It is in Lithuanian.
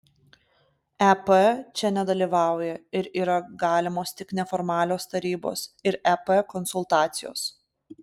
ep čia nedalyvauja ir yra galimos tik neformalios tarybos ir ep konsultacijos